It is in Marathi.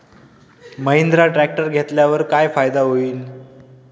महिंद्रा ट्रॅक्टर घेतल्यावर काय फायदा होईल?